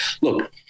look